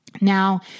Now